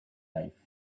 life